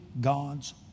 God's